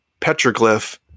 petroglyph